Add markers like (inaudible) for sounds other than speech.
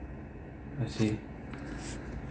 you see (noise)